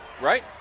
right